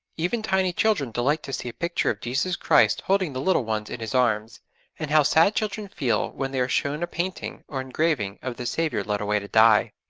even tiny children delight to see a picture of jesus christ holding the little ones in his arms and how sad children feel when they are shown a painting or engraving of the saviour led away to die!